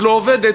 לא עובדת,